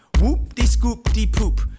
Whoop-dee-scoop-dee-poop